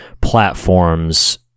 platforms